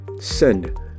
send